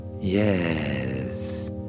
Yes